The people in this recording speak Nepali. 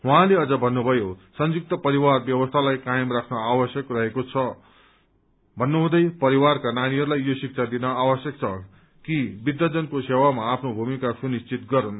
उहाँले अझ भन्नुभयो संयुक्त परिवार व्यवस्थालाई कायम राख्न आवश्यक रहेको छ भन्नुहुँदै परिवारका नानीहरूलाई यो शिक्षा दिन आवश्यक छ कि वृद्धजनको सेवामा आफ्नो भूमिका सुनिश्चित गरून्